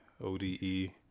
ode